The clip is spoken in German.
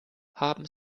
haben